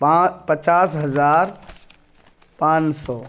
پچاس ہزار پانچ سو